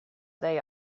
they